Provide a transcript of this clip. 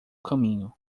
caminho